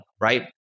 right